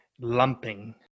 lumping